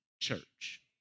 church